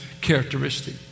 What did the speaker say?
characteristic